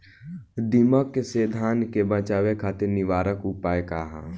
दिमक से धान के बचावे खातिर निवारक उपाय का ह?